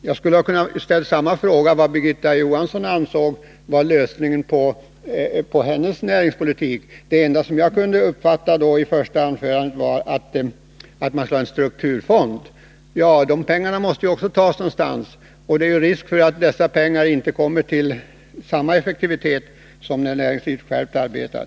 Jag skulle kunna ställa samma fråga till Birgitta Johansson, om vad hon har för lösning för näringspolitiken. Det enda i hennes huvudanförande som jag kunde uppfatta som ett svar på den frågan var att man skall ha en strukturfond. Men pengarna till den måste också tas någonstans, och det finns risk för att pengarna i en sådan fond inte kommer att ha samma effektivitet som när näringslivet självt arbetar.